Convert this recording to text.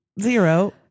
zero